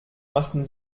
machten